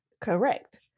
Correct